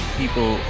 people